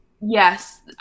Yes